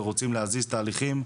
ורוצים להזיז תהליכים,